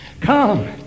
come